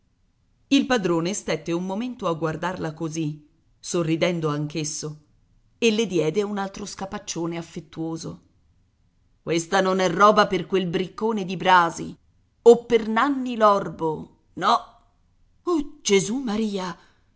il padrone stette un momento a guardarla così sorridendo anch'esso e le diede un altro scapaccione affettuoso questa non è roba per quel briccone di brasi o per nanni l'orbo no